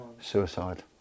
suicide